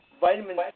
vitamin